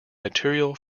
material